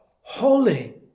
holy